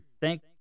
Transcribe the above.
thank